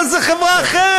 אבל זאת חברה אחרת.